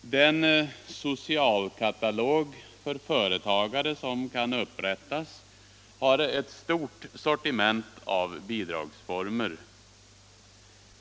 Den ”socialkatalog för företagare” som kan upprättas har ett stort sortiment av bidragsformer.